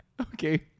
Okay